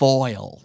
Foil